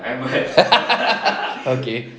okay